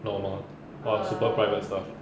normal !wah! super private stuff